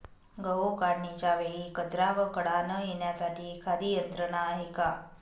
गहू काढणीच्या वेळी कचरा व खडा न येण्यासाठी एखादी यंत्रणा आहे का?